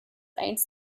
eins